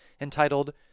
entitled